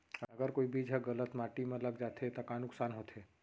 अगर कोई बीज ह गलत माटी म लग जाथे त का नुकसान होथे?